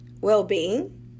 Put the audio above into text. well-being